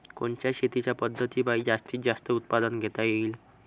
कोनच्या शेतीच्या पद्धतीपायी जास्तीत जास्त उत्पादन घेता येईल?